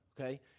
okay